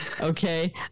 okay